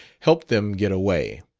helped them get away.